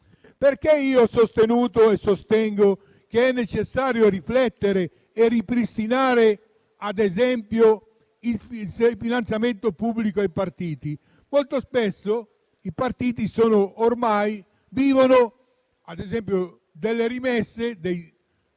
ho sostenuto e sostengo che è necessario riflettere e ripristinare, ad esempio, il finanziamento pubblico ai partiti, che spesso ormai vivono delle rimesse dei